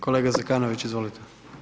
Kolega Zekanović, izvolite.